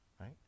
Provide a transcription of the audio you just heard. right